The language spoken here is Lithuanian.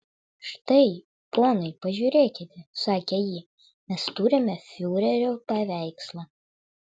štai ponai pažiūrėkite sakė ji mes turime fiurerio paveikslą